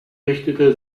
richtete